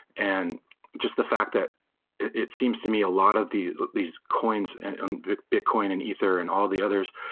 and just the fact that it seems to me a lot of the these coins, on bitcoin and ether and all the others,